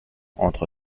entre